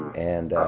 and